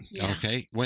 okay